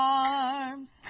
arms